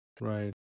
right